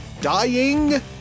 dying